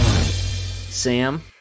Sam